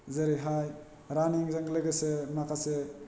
जेरैहाय रानिंजों लोगोसे माखासे